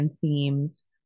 themes